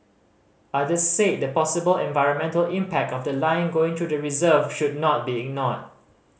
others said the possible environmental impact of the line going through the reserve should not be ignored